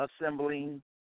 assembling